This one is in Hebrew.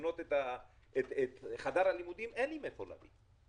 לבנות את חדר הלימודים אין לי מאיפה להביא.